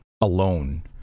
alone